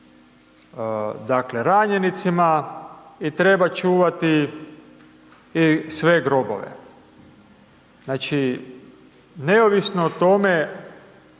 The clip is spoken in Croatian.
dakle, ranjenicima i treba čuvati i sve grobove. Znači, neovisno o tome